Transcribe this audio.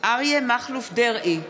אריה מכלוף דרעי,